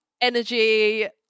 energy